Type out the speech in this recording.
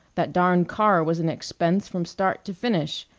that darn car was an expense from start to finish.